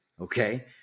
Okay